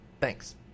Thanks